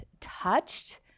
touched